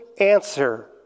answer